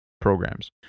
programs